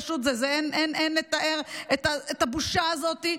פשוט אין לתאר את הבושה הזאת.